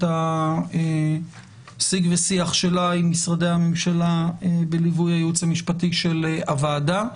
את השיג והשיח שלה עם משרדי הממשלה בליווי הייעוץ המשפטי של הוועדה.